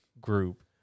group